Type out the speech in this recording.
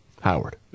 Howard